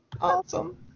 Awesome